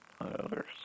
others